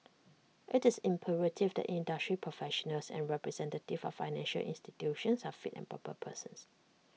IT is imperative that industry professionals and representatives of financial institutions are fit and proper persons